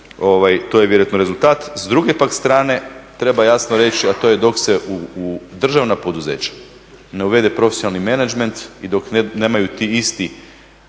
to je vjerojatno rezultat. S druge pak strane treba jasno reći a to je dok se u državna poduzeća ne uvede profesionalni menadžment i dok nemaju ti isti